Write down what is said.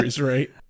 right